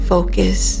Focus